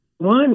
One